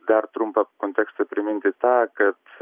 dar trumpą kontekstą priminti tą kad